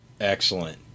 Excellent